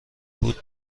بود